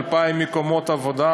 2,000 מקומות עבודה,